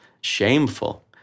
shameful